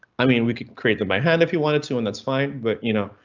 i mean, we could create the my hand if you wanted to, and that's fine, but you know,